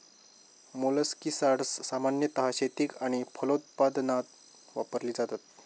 मोलस्किसाड्स सामान्यतः शेतीक आणि फलोत्पादन वापरली जातत